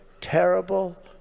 terrible